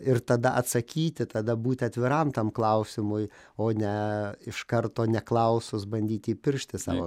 ir tada atsakyti tada būti atviram tam klausimui o ne iš karto neklausus bandyti įpiršti savo